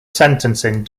sentencing